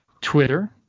Twitter